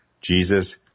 Jesus